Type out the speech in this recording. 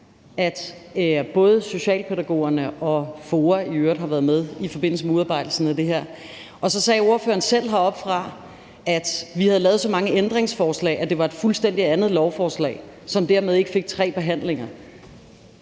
at både Socialpædagogerne og FOA i øvrigt havde været med i forbindelse med udarbejdelsen af det her. Og så sagde ordføreren selv heroppefra, at vi havde lavet så mange ændringsforslag, at det var et fuldstændig andet lovforslag, som dermed ikke fik tre behandlinger.